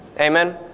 amen